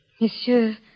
Monsieur